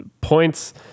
Points